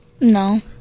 no